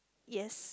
yes